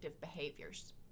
behaviors